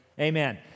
Amen